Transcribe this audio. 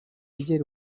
igera